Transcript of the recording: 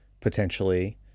potentially